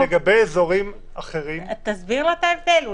לגבי אזורים אחרים --- תסביר לו את ההבדל.